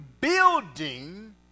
building